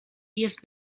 jest